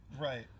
Right